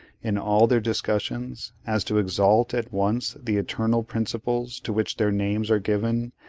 in all their discussions, as to exalt at once the eternal principles to which their names are given,